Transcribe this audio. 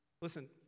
Listen